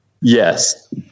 yes